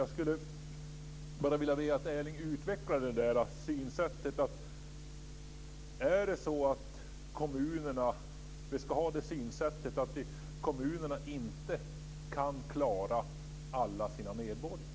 Jag skulle vilja att Erling Wälivaara utvecklade synsättet att kommunerna inte kan klara alla sina medborgare.